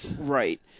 Right